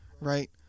right